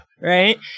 Right